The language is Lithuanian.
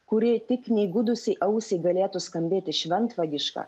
kuri tik neįgudusiai ausiai galėtų skambėti šventvagiška